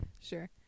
Sure